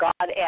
God